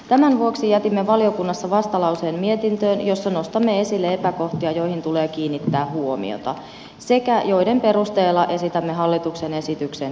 tämän vuoksi jätimme valiokunnassa mietintöön vastalauseen jossa nostamme esille epäkohtia joihin tulee kiinnittää huomiota sekä joiden perusteella esitämme hallituksen esityksen hylkäystä